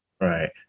right